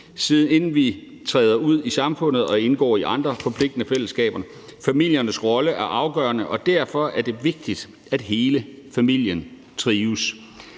inden vi træder ud i samfundet og indgår i andre forpligtende fællesskaber. Familiernes rolle er afgørende, hvorfor det er vigtigt, at hele familien trives.